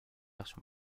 version